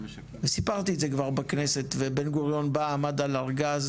וסיפרתי את זה כבר בכנסת ובן גוריון בא עמד על ארגז